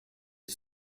est